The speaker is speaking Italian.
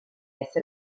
esse